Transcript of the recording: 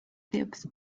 depth